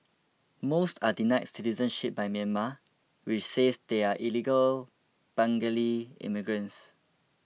most are denied citizenship by Myanmar which says they are illegal Bengali immigrants